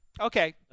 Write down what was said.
Okay